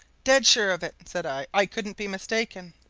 dead sure of it! said i. i couldn't be mistaken.